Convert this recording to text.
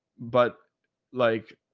but like,